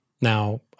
now